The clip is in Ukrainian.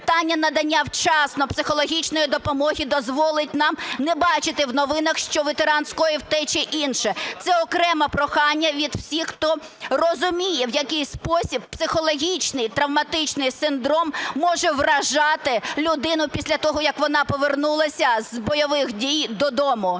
Питання надання вчасно психологічної допомоги дозволить нам не бачити в новинах, що ветеран скоїв те чи інше. Це окреме прохання від всіх, хто розуміє, в який спосіб психологічний травматичний синдром може вражати людину після того, як вона повернулася з бойових дій додому.